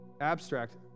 abstract